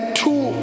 two